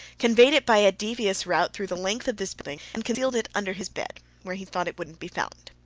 conveyed it by a devious route through the length of this building, and concealed it under his bed where he thought it wouldn't be found.